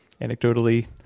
anecdotally